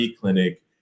clinic